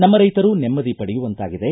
ನಮ್ಮ ರೈತರು ನೆಮ್ಮದಿ ಪಡೆಯುವಂತಾಗಿದೆ